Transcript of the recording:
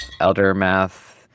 eldermath